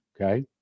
okay